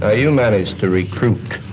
ah you managed to recruit